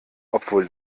obwohl